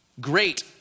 great